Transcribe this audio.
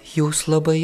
jūs labai